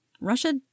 Russia